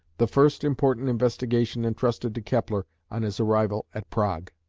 the first important investigation entrusted to kepler on his arrival at prague.